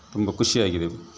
ತುಂಬ ಖುಷಿ ಆಗಿದೆ